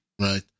right